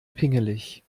pingelig